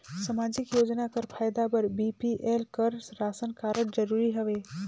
समाजिक योजना कर फायदा बर बी.पी.एल कर राशन कारड जरूरी हवे?